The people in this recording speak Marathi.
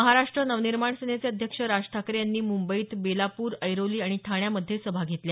महाराष्ट्र नवनिर्माण सेनेचे अध्यक्ष राज ठाकरे यांनी मुंबईत बेलापूर ऐरोली आणि ठाण्यामध्ये सभा घेतल्या